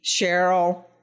Cheryl